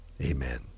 Amen